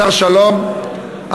השר שלום,